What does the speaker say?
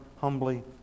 humbly